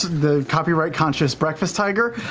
the copyright-conscious breakfast tiger.